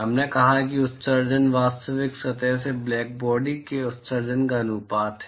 हमने कहा कि उत्सर्जन वास्तविक सतह से ब्लैक बॉडी के उत्सर्जन का अनुपात है